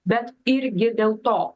bet irgi dėl to